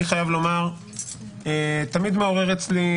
שאני חייב לומר שתמיד מעורר אצלי,